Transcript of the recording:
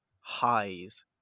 highs